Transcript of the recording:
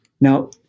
Now